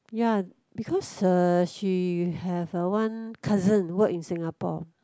ya because uh she have ah one cousin work in Singapore